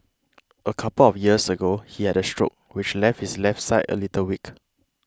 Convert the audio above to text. a couple of years ago he had a stroke which left his left side a little weak